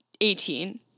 Eighteen